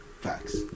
Facts